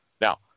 Now